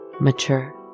mature